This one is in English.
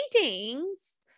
paintings